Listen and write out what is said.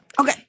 Okay